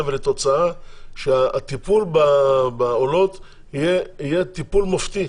ולתוצאה שהטיפול בעולות יהיה טיפול מופתי.